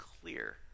clear